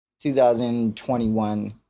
2021